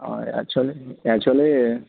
actually actually